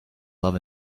love